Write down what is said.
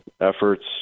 efforts